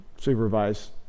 Supervise